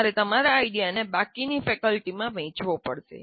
તમારે તમારા આઇડિયાને બાકીની ફેકલ્ટીમાં વેચવો પડશે